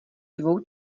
dvou